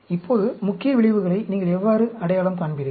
இப்போது முக்கிய விளைவுகளை நீங்கள் எவ்வாறு அடையாளம் காண்பீர்கள்